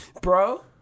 bro